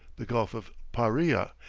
the gulf of paria,